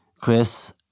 Chris